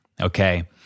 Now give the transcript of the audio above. Okay